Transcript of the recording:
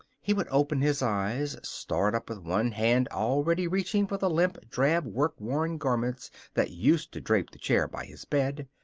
he would open his eyes, start up with one hand already reaching for the limp, drab work-worn garments that used to drape the chair by his bed.